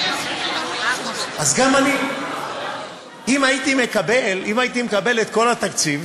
אז גם אני, אם הייתי מקבל את כל התקציב,